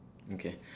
okay